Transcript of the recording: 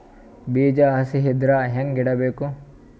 ಬೀಜ ಹಸಿ ಇದ್ರ ಹ್ಯಾಂಗ್ ಇಡಬೇಕು?